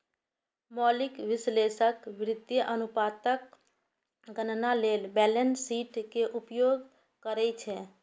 मौलिक विश्लेषक वित्तीय अनुपातक गणना लेल बैलेंस शीट के उपयोग करै छै